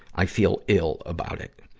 i feel ill about it.